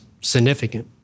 significant